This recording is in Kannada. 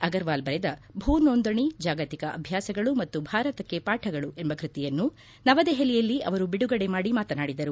ಅಗರ್ವಾಲ್ ಬರೆದ ಭೂ ನೋಂದಣಿ ಜಾಗತಿಕ ಅಭ್ಯಾಸಗಳು ಮತ್ತು ಭಾರತಕ್ಕೆ ಪಾಠಗಳು ಎಂಬ ಕೃತಿಯನ್ನು ನವದೆಹಲಿಯಲ್ಲಿ ಅವರು ಬಿಡುಗಡೆ ಮಾಡಿ ಮಾತನಾಡಿದರು